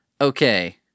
Okay